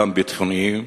גם ביטחוניים,